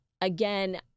again